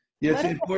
Yes